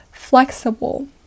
flexible